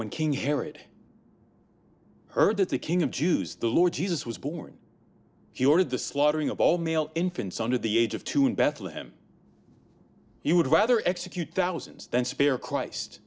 when king herod heard that the king of jews the lord jesus was born he ordered the slaughtering of all male infants under the age of two in bethlehem you would rather execute thousands then spare christ